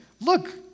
look